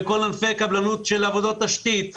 בכל ענפי הקבלנות של עבודות תשתית,